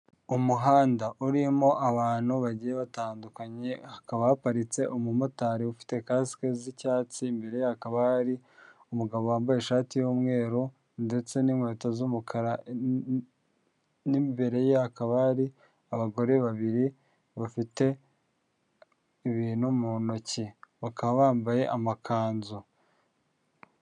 Umuhanda urimo abantu bagiye batandukanye hakaba haparitse umumotari ufite kasike z'icyatsi mbere hakaba hari umugabo wambaye ishati y'umweru ndetse n'inkweto z'umukara nimbere ye hakaba hari abagore babiri bafite ibintu mu ntoki bakaba bambaye amakanzu.